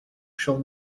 shall